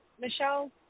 Michelle